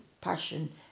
passion